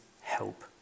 help